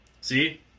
See